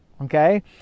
okay